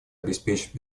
обеспечить